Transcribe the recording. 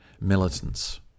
militants